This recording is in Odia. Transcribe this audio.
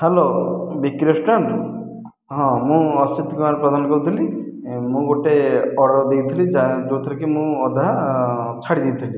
ହ୍ୟାଲୋ ବିକି ରେଷ୍ଟୁରାଣ୍ଟ ହଁ ମୁଁ ଅସିତ କୁମାର ପ୍ରଧାନ କହୁଥିଲି ମୁଁ ଗୋଟିଏ ଅର୍ଡ଼ର ଦେଇଥିଲି ଯାହା ଯେଉଁଥିରେ କି ମୁଁ ଅଧା ଛାଡ଼ି ଦେଇଥିଲି